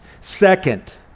Second